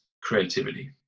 creativity